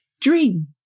Dream